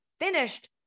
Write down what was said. finished